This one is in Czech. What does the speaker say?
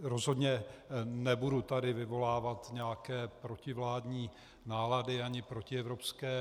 Rozhodně nebudu tady vyvolávat nějaké protivládní nálady, ani protievropské.